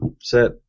set